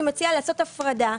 אני מציעה לעשות הפרדה,